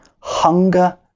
hunger